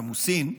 ג'מאסין.